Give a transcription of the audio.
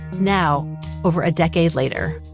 now over a decade later,